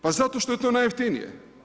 Pa zato što je to najjeftinije.